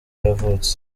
yavutse